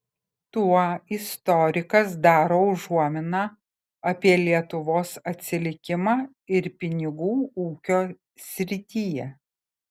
tuo istorikas daro užuominą apie lietuvos atsilikimą ir pinigų ūkio srityje